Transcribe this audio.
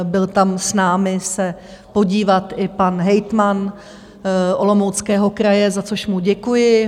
Byl se tam s námi podívat i pan hejtman Olomouckého kraje, za což mu děkuji.